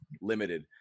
limited